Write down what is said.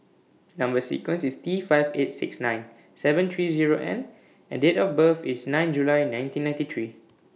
Number sequence IS T five eight six nine seven three Zero N and Date of birth IS nine July nineteen ninety three